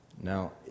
Now